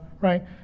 right